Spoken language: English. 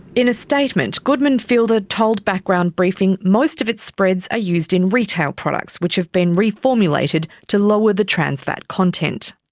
in a statement, goodman fielder told background briefing most of its spreads are used in retail products, which have been reformulated to lower the trans fat content.